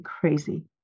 crazy